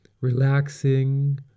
relaxing